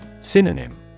Synonym